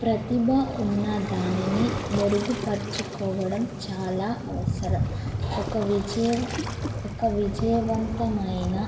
ప్రతిభ ఉన్న దానిని మెరుగుపరుచుకోవడం చాలా అవసరం ఒక విజయవ ఒక విజయవంతమైన